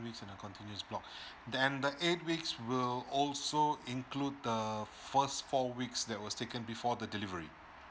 weeks on a continuous block and then the eight weeks will also include the first four weeks that was taken before the delivery